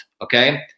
Okay